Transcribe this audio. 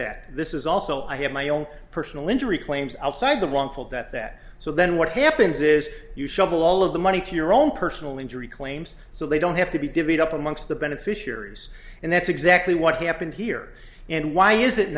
that this is also i have my own personal injury claims outside the wrongful death that so then what happens is you shovel all of the money to your own personal injury claims so they don't have to be divvied up amongst the beneficiaries and that's exactly what happened here and why is it